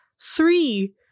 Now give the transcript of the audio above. three